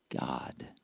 God